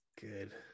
good